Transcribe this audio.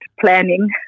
planning